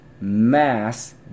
mass